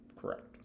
Correct